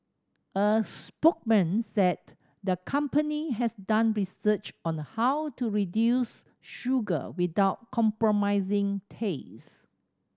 a spokesman said the company has done research on how to reduce sugar without compromising taste